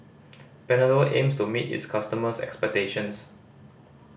panadol aims to meet its customers' expectations